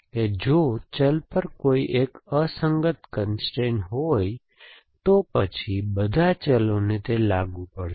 કે જો ચલ પર કોઈ એક અસંગત કન્સ્ટ્રેઇન હોય હોય તો પછી બધા ચલોને તે લાગુ પડશે